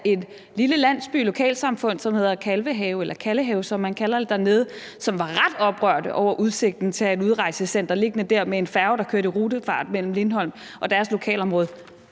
et lille lokalsamfund, som hedder Kalvehave – eller Kallehave, som man kalder det dernede – og som var ret oprørt over udsigten til at have et udrejsecenter liggende der med en færge, der sejlede i rutefart mellem Lindholm og deres lokalområde.